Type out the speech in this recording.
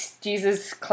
Jesus